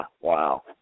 wow